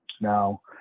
Now